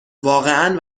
واقعا